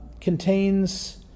contains